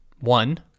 one